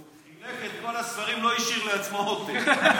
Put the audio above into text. הוא חילק את כל הספרים ולא השאיר לעצמו עותק.